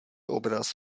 obraz